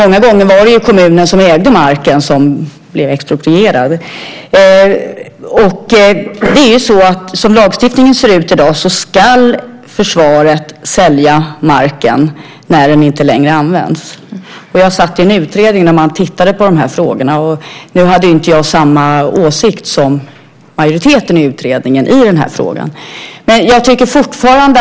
Många gånger var det ju kommunen som ägde marken som blev exproprierad. Som lagstiftningen ser ut i dag ska försvaret sälja marken när den inte längre används. Jag satt i en utredning där man tittade på de här frågorna. Nu hade inte jag samma åsikt i den här frågan som majoriteten i utredningen.